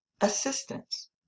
assistance